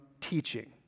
teaching